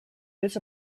this